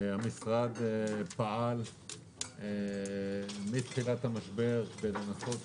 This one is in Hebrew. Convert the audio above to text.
המשרד פעל מתחילת המשבר כדי לנסות